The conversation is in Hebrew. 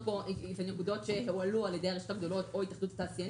פה הועלו על ידי הרשתות הגדולות או איחוד התעשיינים.